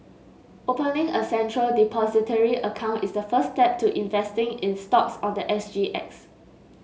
opening a Central Depository account is the first step to investing in stocks on the S G X